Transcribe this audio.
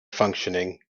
functioning